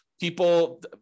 people